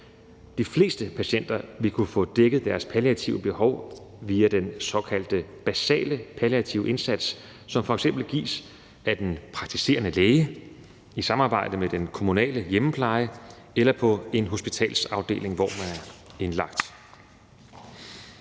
De fleste patienter vil kunne få dækket deres palliative behov via den såkaldte basale palliative indsats, som f.eks. gives af den praktiserende læge i samarbejde med den kommunale hjemmepleje eller på en hospitalsafdeling, hvor man er indlagt.